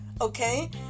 Okay